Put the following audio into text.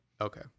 Okay